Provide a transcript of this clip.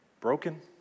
broken